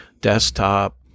desktop